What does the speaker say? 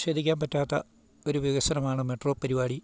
നിഷേധിക്കാൻ പറ്റാത്ത ഒരു വികസനമാണ് മെട്രോ പരിപാടി